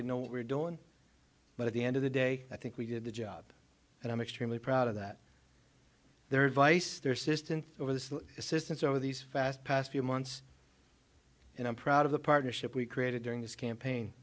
didn't know what we're doing but at the end of the day i think we did the job and i'm extremely proud of that their advice their system over the assistance over these fast past few months and i'm proud of the partnership we created during this campaign